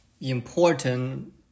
important